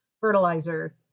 fertilizer